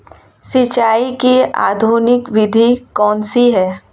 सिंचाई की आधुनिक विधि कौनसी हैं?